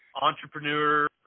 entrepreneur